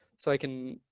so i can